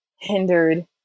hindered